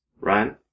Ryan